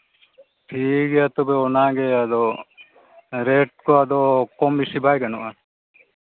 ᱴᱷᱤᱠ ᱜᱮᱭᱟ ᱛᱚᱵᱮ ᱚᱱᱟᱜᱮ ᱟᱫᱚ ᱨᱮᱹᱴ ᱠᱚ ᱟᱫᱚ ᱠᱚᱢ ᱵᱮᱹᱥᱤ ᱵᱟᱭ ᱜᱟᱱᱚᱜᱼᱟ